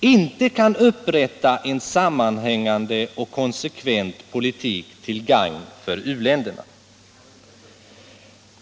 inte kan upprätta en sammanhängande och konsekvent politik till gagn för u-länderna.